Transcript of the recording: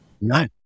No